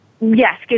Yes